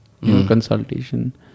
consultation